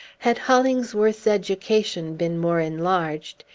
had hollingsworth's education been more enlarged,